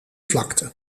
vlakte